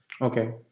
okay